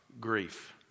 grief